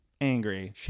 Angry